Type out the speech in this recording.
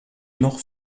nord